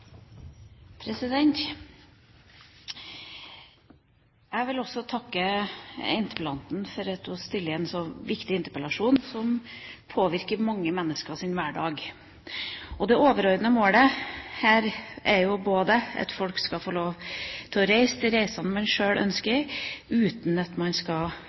annen. Jeg vil også takke interpellanten for at hun stiller en så viktig interpellasjon om noe som påvirker mange menneskers hverdag. Det overordnede målet her er jo at folk skal få lov til foreta de reisene de sjøl ønsker, uten